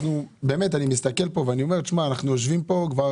אני מסתכל פה ואני אומר לעצמי שיושבים כאן כבר